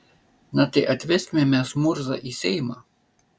na tai atveskime mes murzą į seimą